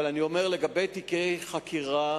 אבל אני אומר לגבי תיקי חקירה